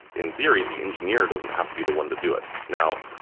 in theory, the engineer doesn't have to be the one to do it. now,